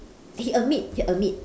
he admit he admit